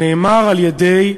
נאמר על-ידי,